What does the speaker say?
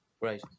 Right